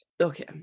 Okay